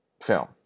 film